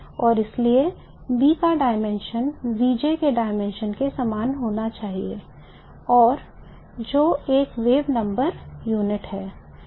और इसलिए B का dimension के dimension के समान होना चाहिए जो एक wave number इकाई है